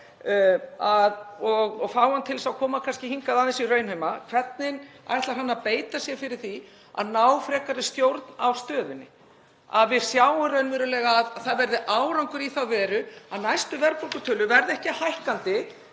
og fá hann til að koma aðeins hingað í raunheima: Hvernig ætlar hann að beita sér fyrir því að ná frekari stjórn á stöðunni, að við sjáum raunverulega að það verði árangur í þá veru að næstu verðbólgutölur verði ekki hækkandi,